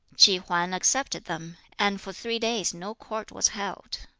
ki hwan accepted them, and for three days no court was held.